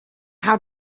how